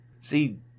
See